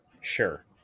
Sure